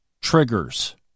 triggers